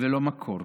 ולא מקור.